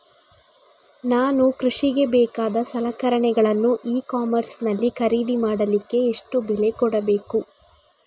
ನಾನು ಕೃಷಿಗೆ ಬೇಕಾದ ಸಲಕರಣೆಗಳನ್ನು ಇ ಕಾಮರ್ಸ್ ನಲ್ಲಿ ಖರೀದಿ ಮಾಡಲಿಕ್ಕೆ ಎಷ್ಟು ಬೆಲೆ ಕೊಡಬೇಕು?